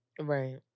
Right